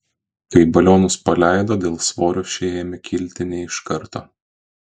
kai balionus paleido dėl svorio šie ėmė kilti ne iš karto